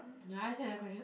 do I say another question